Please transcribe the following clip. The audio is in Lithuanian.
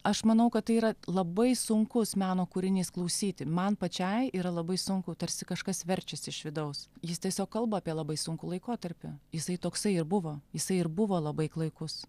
aš manau kad tai yra labai sunkus meno kūrinys klausyti man pačiai yra labai sunku tarsi kažkas verčias iš vidaus jis tiesiog kalba apie labai sunkų laikotarpį jisai toksai ir buvo jisai ir buvo labai klaikus